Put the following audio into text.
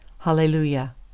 Hallelujah